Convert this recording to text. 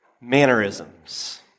mannerisms